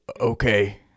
Okay